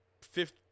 fifth